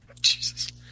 Jesus